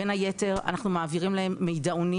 בין היתר אנחנו מעבירים להם מידעונים